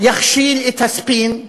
יכשיל את הספין,